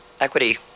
Equity